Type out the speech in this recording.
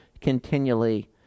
continually